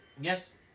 Yes